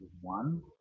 one